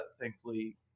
thankfully